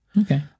Okay